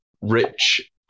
Rich